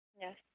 Yes